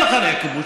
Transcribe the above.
גם אחרי הכיבוש,